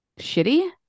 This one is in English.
shitty